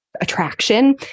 attraction